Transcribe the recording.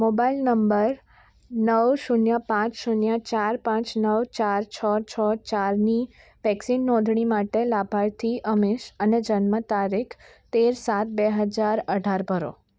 mobile number નવ શૂન્ય પાંચ શૂન્ય ચાર પાંચ નવ ચાર છ છ ચારની વેક્સિન નોંધણી માટે લાભાર્થી અમીશ અને જન્મ તારીખ તેર સાત બે હજાર અઢાર ભરો